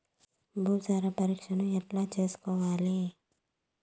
భూసార పరీక్షను ఎట్లా చేసుకోవాలి?